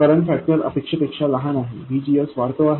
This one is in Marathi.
करंट फॅक्टर अपेक्षेपेक्षा लहान आहे VGS वाढतो आहे